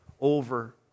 over